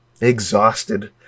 exhausted